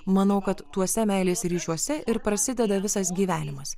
manau kad tuose meilės ryšiuose ir prasideda visas gyvenimas